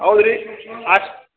ಹೌದ್ ರೀ ಹಾಂ